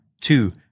two